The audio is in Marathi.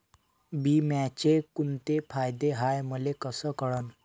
बिम्याचे कुंते फायदे हाय मले कस कळन?